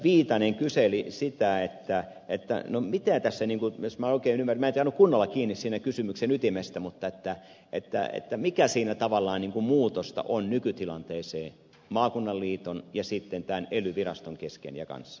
viitanen kyseli sitä jos minä oikein ymmärsin minä en saanut kunnolla kiinni siitä kysymyksen ytimestä mikä siinä tavallaan muutosta on nykytilanteeseen nähden maakunnan liiton ja sitten tämän ely viraston suhteessa